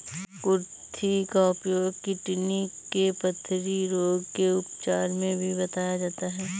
कुर्थी का उपयोग किडनी के पथरी रोग के उपचार में भी बताया जाता है